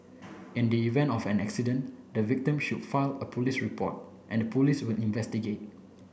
in the event of an accident the victim should file a police report and the Police will investigate